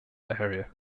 area